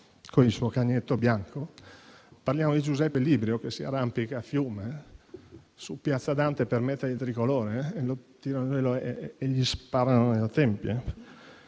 con il suo cagnetto bianco». Parliamo di Giuseppe Librio, che si arrampica a Fiume su piazza Dante per mettere il tricolore e gli sparano nella tempia?